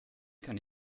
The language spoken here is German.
kann